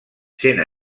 sent